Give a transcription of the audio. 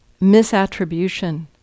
misattribution